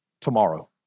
tomorrow